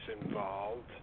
involved